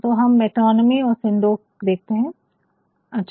तो हम मेटोनिमी और सिंकडोक देखते है अच्छा